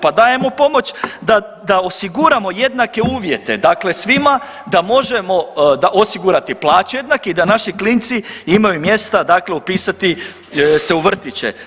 Pa daj, ajmo pomoć da osiguramo jednake uvjete dakle svima da možemo, da osigurati plaće jednake i da naši klinci imaju mjesta dakle upisati se u vrtiće.